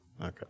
Okay